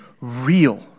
real